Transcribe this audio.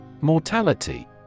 Mortality